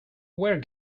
where